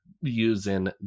using